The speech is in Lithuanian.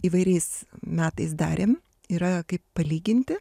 įvairiais metais darėm yra kaip palyginti